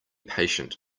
patient